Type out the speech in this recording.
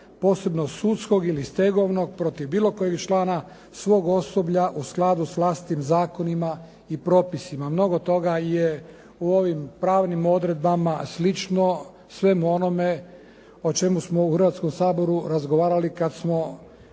posebno sudskog ili stegovnog protiv bilo kojeg člana svog osoblja u skladu s vlastitim zakonima i propisima. Mnogo toga je u ovim pravnim odredbama slično svemu onome o čemu smo u Hrvatskom saboru razgovarali kad smo